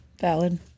Valid